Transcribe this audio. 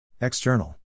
External